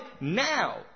now